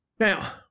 Now